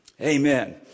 Amen